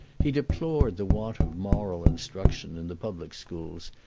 he deplored the want of moral instruction in the public schools,